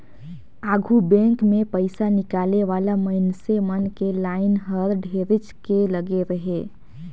आघु बेंक मे पइसा निकाले वाला मइनसे मन के लाइन हर ढेरेच के लगे रहें